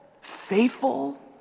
faithful